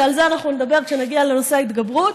ועל זה אנחנו נדבר כשנגיע לנושא ההתגברות.